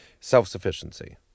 self-sufficiency